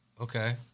Okay